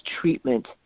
treatment